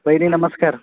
वहिनी नमस्कार